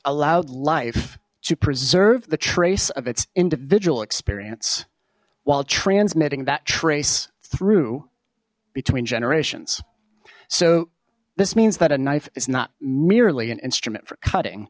allowed life to preserve the trace of its individual experience while transmitting that trace through between generations so this means that a knife is not merely an instrument for cutting